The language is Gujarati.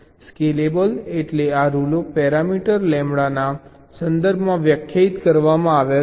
સ્કેલેબલ એટલે આ રૂલો પેરામીટર લેમ્બડાના સંદર્ભમાં વ્યાખ્યાયિત કરવામાં આવ્યા છે